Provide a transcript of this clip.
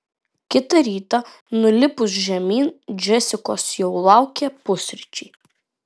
kitą rytą nulipus žemyn džesikos jau laukė pusryčiai